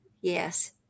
yes